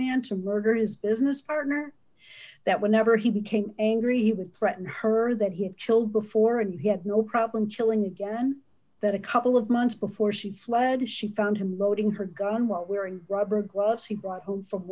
to murder his business partner that whenever he became angry he would threaten her that he had killed before and he had no problem killing again that a couple of months before she fled she found him loading her gun what wearing rubber gloves he brought home from